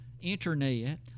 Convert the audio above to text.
internet